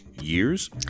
years